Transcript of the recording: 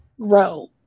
grow